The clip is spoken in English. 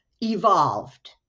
evolved